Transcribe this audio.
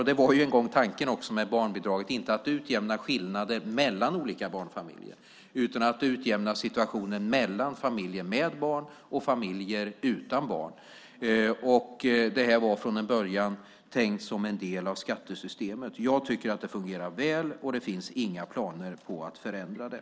Detta var en gång också tanken med barnbidraget - inte att utjämna skillnader mellan olika barnfamiljer utan att utjämna situationen mellan familjer med barn och familjer utan barn. Det var från början tänkt som en del av skattesystemet. Jag tycker att det fungerar väl, och det finns inga planer på att förändra det.